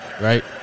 Right